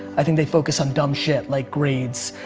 i think they focus on dumb shit like grades.